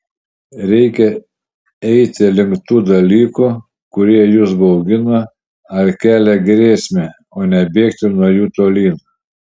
reikia eiti link tų dalykų kurie jus baugina ar kelia grėsmę o ne bėgti nuo jų tolyn